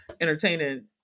entertaining